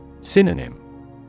Synonym